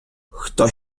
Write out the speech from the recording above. хто